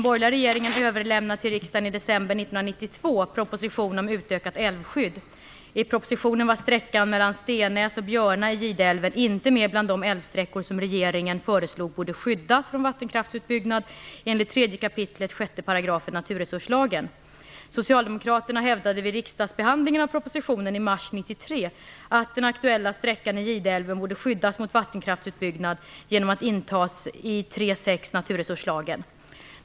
Socialdemokraterna hävdade vid riksdagsbehandlingen av propositionen i mars 1993 att den aktuella sträckan i Gideälven borde skyddas mot vattenkraftsutbyggnad genom att intas i 3 kap. 6 § naturresurslagen.